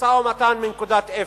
משא-ומתן מנקודת אפס.